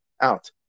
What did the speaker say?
out